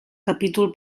capítol